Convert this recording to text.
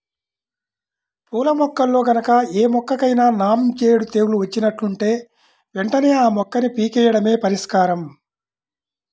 పూల మొక్కల్లో గనక ఏ మొక్కకైనా నాంజేడు తెగులు వచ్చినట్లుంటే వెంటనే ఆ మొక్కని పీకెయ్యడమే పరిష్కారం